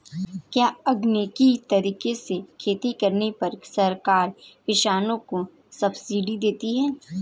क्या ऑर्गेनिक तरीके से खेती करने पर सरकार किसानों को सब्सिडी देती है?